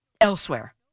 elsewhere